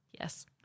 yes